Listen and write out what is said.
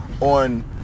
on